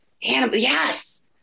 Yes